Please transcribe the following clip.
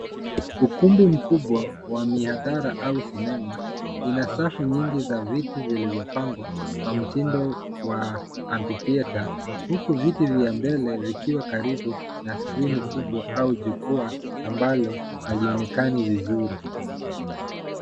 Ukumbi mkubwa wa mihadhara au sinema. Ina safu nyingi za viti vilivyopangwa, kwa mtindo wa ampi theatre , huku viti vya mbele vikiwa karibu na skrini kubwa au jukwa ambalo halionekani vizuri.